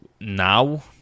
now